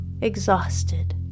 exhausted